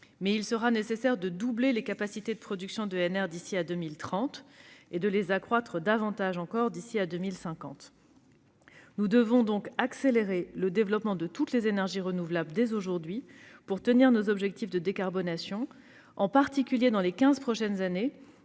Mais il sera nécessaire de doubler les capacités de production d'EnR d'ici à 2030, et de les accroître encore davantage d'ici à 2050. Nous devons donc accélérer le développement de toutes les énergies renouvelables dès aujourd'hui pour tenir nos objectifs de décarbonation, en particulier lors des quinze prochaines années,